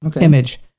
image